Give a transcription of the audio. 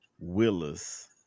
Willis